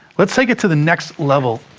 let's take it to the next level,